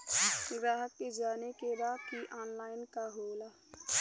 ग्राहक के जाने के बा की ऑनलाइन का होला?